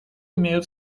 имеют